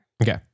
Okay